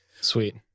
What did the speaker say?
Sweet